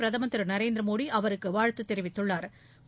பிரதமர் திரு நரேந்திரமோடி அவருக்கு வாழ்த்து தெரிவித்துள்ளாா்